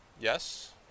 yes